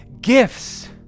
gifts